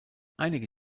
einige